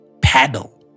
Paddle